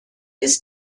ist